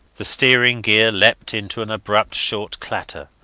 the steering-gear leaped into an abrupt short clatter,